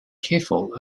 careful